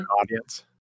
audience